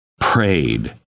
prayed